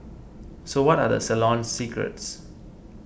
so what are the salon's secrets